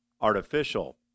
artificial